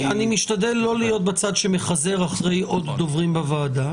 משתדל לא להיות בצד שמחזר אחרי עוד דוברים בוועדה.